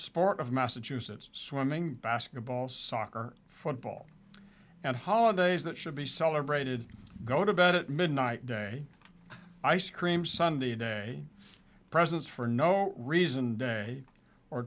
sport of massachusetts swimming basketball soccer football and holidays that should be celebrated go to bed at midnight de ice cream sundae day presents for no reason day or